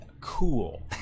cool